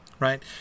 right